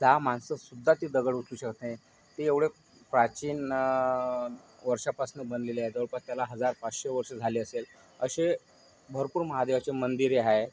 दहा माणसंसुद्धा ते दगड उचलू शकत नाही ते एवढे प्राचीन वर्षापासनं बनलेले आहे जवळपास त्याला हजार पाचशे वर्ष झाले असेल असे भरपूर महादेवाचे मंदिरे आहे